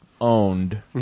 owned